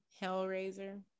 Hellraiser